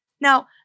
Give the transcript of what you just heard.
Now